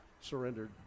surrendered